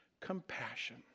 compassion